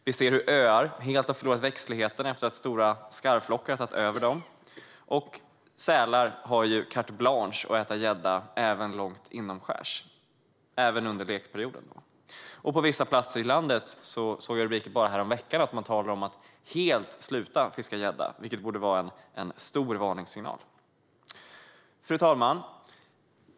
Vi ser hur öar helt har förlorat växtligheten efter att stora skarvflockar har tagit över dem, och sälar har carte blanche att äta gädda också långt inomskärs - och även under lekperioden. Bara häromveckan såg jag rubriker om att man på vissa platser i landet talar om att helt sluta fiska gädda, vilket borde vara en stark varningssignal. Fru talman!